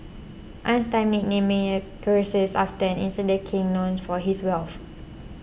Einstein nicknamed Meyer Croesus after an ancient king known for his wealth